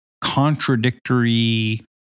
contradictory